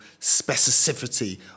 specificity